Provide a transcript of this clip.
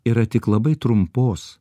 yra tik labai trumpos